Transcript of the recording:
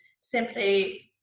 simply